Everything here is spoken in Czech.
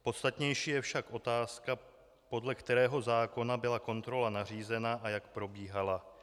Podstatnější je však otázka, podle kterého zákona byla kontrola nařízena a jak probíhala.